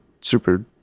super